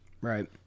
Right